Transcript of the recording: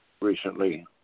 Recently